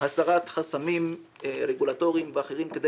הסרת חסמים רגולטוריים ואחרים כדי